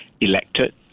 elected